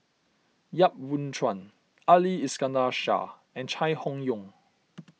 Yap Boon Chuan Ali Iskandar Shah and Chai Hon Yoong